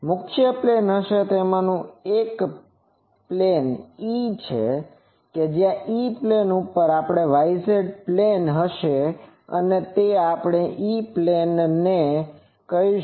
મુખ્ય પ્લેન હશે તેમાંનું એક છે E પ્લેન પ્લેન જ્યાં y z પ્લેન પ્લેન હશે તેને આપણે E પ્લેન પ્લેન કહીશું